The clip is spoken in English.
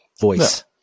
voice